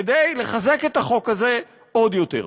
כדי לחזק את החוק הזה עוד יותר.